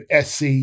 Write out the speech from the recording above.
SC